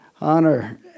Honor